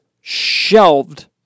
shelved